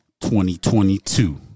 2022